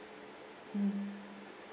mm